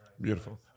Beautiful